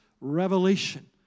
revelation